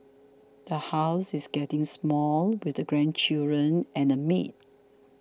the house is getting small with the grandchildren and a maid